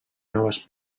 noves